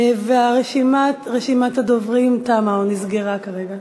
ורשימת הדוברים תמה או נסגרה כרגע.